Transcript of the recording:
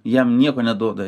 jam nieko neduoda